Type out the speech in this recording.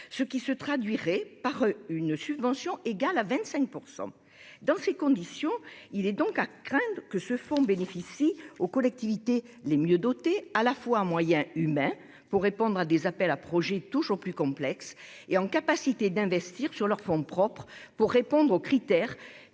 ce qui se traduirait par un taux de subvention égal à 25 %... Dans ces conditions, il est à craindre que ce fonds bénéficie aux collectivités les mieux dotées, à la fois en moyens humains, pour répondre à des appels à projets toujours plus complexes, et en capacité d'investir sur leurs fonds propres, pour répondre à des critères